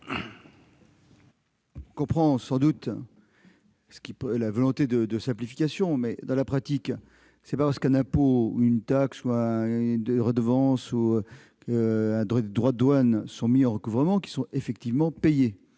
On comprend la volonté de simplification, mais, dans la pratique, ce n'est pas parce qu'un impôt, une taxe, une redevance ou un droit de douane sont mis en recouvrement qu'ils sont effectivement payés.